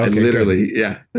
like literally. yeah